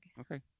okay